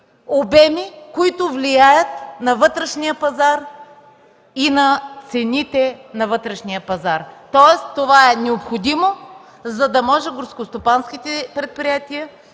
обеми, които влияят на вътрешния пазар и на цените на вътрешния пазар. Тоест това е необходимо, за да може горскостопанските предприятия